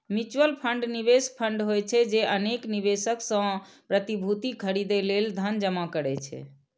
mutual fund निवेश fund होइ छै, जे अनेक निवेशक सं प्रतिभूति खरीदै लेल धन जमा करै छै